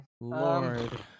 Lord